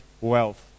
wealth